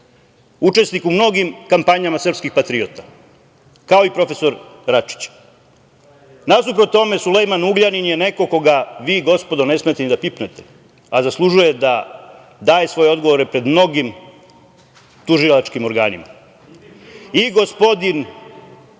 učesnik u mnogim kampanjama srpskih patriota, kao i prof. Račić. Nasuprot tome, Sulejman Ugljanin je neko koga vi, gospodo, ne smete ni da pipnete, a zaslužuje da daje svoje odgovore pred mnogim tužilačkim organima. I gospodin